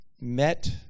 met